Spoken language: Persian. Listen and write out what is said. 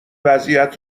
وضعیت